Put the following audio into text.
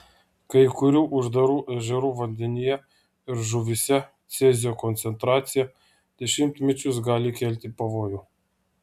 kai kurių uždarų ežerų vandenyje ir žuvyse cezio koncentracija dešimtmečius gali kelti pavojų